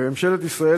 וממשלת ישראל,